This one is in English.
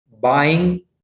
buying